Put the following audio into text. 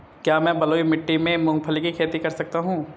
क्या मैं बलुई मिट्टी में मूंगफली की खेती कर सकता हूँ?